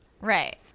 Right